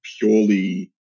purely